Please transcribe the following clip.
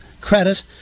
credit